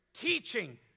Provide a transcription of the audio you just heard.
teaching